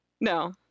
No